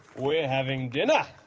we're having dinner.